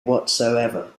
whatsoever